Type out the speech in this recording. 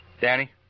Danny